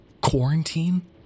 Quarantine